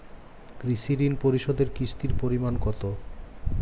কৃষি ঋণ পরিশোধের কিস্তির পরিমাণ কতো?